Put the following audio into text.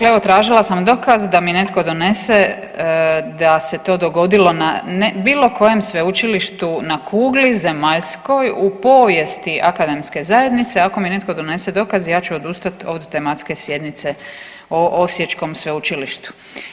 Evo tražila sam dokaz da mi netko donese da se to dogodilo na bilo kojem sveučilištu na kugli zemaljskoj u povijesti akademske zajednice, ako mi netko donese dokaz ja ću odustat od tematske sjednice o osječkom sveučilištu.